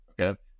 Okay